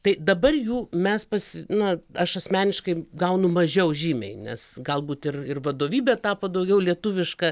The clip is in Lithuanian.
tai dabar jų mes pas na aš asmeniškai gaunu mažiau žymiai nes galbūt ir ir vadovybė tapo daugiau lietuviška